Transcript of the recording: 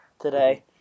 today